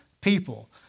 people